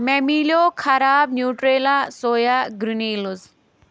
مےٚ میلیٚو خراب نیٛوٗٹرٛیٚلاسویا گرٛنیلٕز